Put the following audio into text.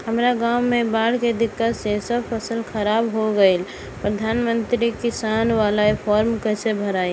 हमरा गांव मे बॉढ़ के दिक्कत से सब फसल खराब हो गईल प्रधानमंत्री किसान बाला फर्म कैसे भड़ाई?